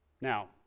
Now